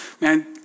Man